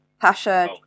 Pasha